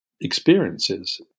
experiences